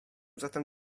zatem